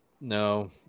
No